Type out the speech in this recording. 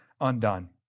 undone